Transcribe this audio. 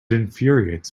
infuriates